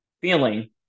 feeling